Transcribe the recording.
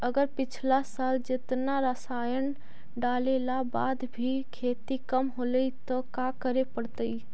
अगर पिछला साल जेतना रासायन डालेला बाद भी खेती कम होलइ तो का करे पड़तई?